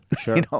sure